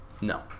No